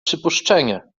przypuszczenie